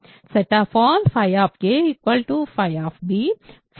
a b Ra b